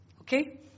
Okay